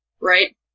Right